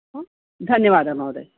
आम् धन्यवादः महोदय